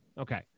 Okay